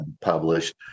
published